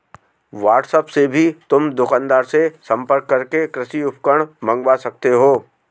WhatsApp से भी तुम दुकानदार से संपर्क करके कृषि उपकरण मँगवा सकते हो